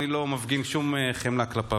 אני לא מפגין שום חמלה כלפיו.